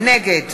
נגד